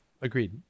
agreed